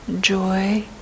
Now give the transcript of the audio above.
joy